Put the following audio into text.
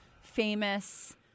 famous